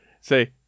say